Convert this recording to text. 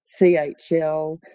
CHL